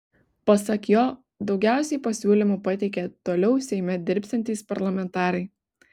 pasak jo daugiausiai pasiūlymų pateikė toliau seime dirbsiantys parlamentarai